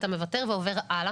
אתה מוותר ועובר הלאה,